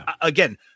again